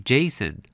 Jason